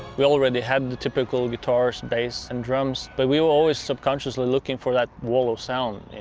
we already had the typical guitars, bass and drums, but we were always subconsciously looking for that wall of sound, and